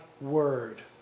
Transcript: word